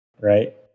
right